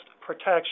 protection